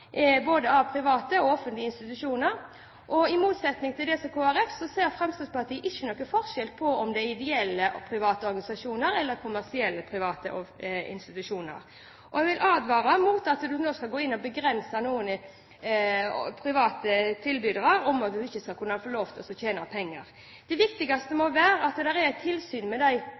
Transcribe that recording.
både av private og offentlige institusjoner. I motsetning til Kristelig Folkeparti ser ikke Fremskrittspartiet noen forskjell på om det er ideelle private organisasjoner eller kommersielle private institusjoner. Jeg vil advare mot at man nå skal gå inn og begrense private tilbydere fordi de ikke skal få lov til å tjene penger. Det viktigste må være at det er tilsyn med de